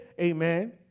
amen